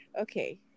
okay